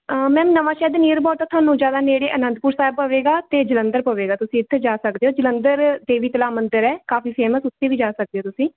ma'am Nawanshahr ਦੇ near about ਤੁਹਾਨੂੰ ਜ਼ਿਆਦਾ ਨੇੜੇ ਅਨੰਦਪੁਰ ਸਾਹਿਬ ਪਵੇਗਾ ਅਤੇ ਜਲੰਧਰ ਪਵੇਗਾ ਤੁਸੀਂ ਇੱਥੇ ਜਾ ਸਕਦੇ ਹੋ ਜਲੰਧਰ ਦੇਵੀ ਤਲਾਬ ਮੰਦਰ ਹੈ ਕਾਫੀ ਫੇਮਸ ਉੱਤੇ ਵੀ ਜਾ ਸਕਦੇ ਹੋ ਤੁਸੀਂ